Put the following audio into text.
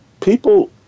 people